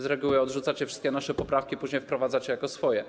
Z reguły odrzucacie wszystkie nasze poprawki, a później wprowadzacie jako swoje.